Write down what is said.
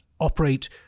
operate